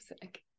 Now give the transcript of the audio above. sick